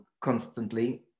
constantly